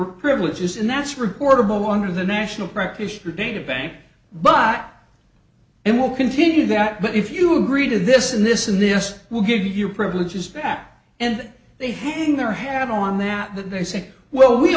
privileges and that's reportable under the national practitioner databank but and we'll continue that but if you agree to this and this and this will give you your privileges back and they hang their hat on that that they say well we